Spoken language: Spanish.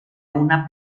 una